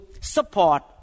support